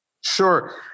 Sure